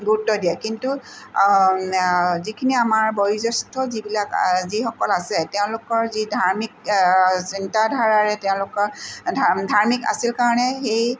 গুৰুত্ব দিয়ে কিন্তু যিখিনি আমাৰ বয়োজ্যেষ্ঠ যিবিলাক যিসকল আছে তেওঁলোকৰ যি ধাৰ্মিক চিন্তা ধাৰাৰে তেওঁলোকৰ ধা ধাৰ্মিক আছিল কাৰণে সেই